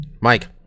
Mike